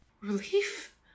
Relief